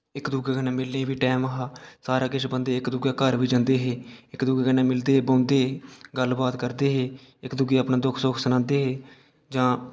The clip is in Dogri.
इक दुए कन्नै मिलने बी टैम हा सारा किश बंदे इक दुए घर बी जन्दे हे इक दुए कन्नै मिलदे बौंह्दे हे गल्लबात करदे हे इक दुए गी अपना दुख सुख सनांदे हे जां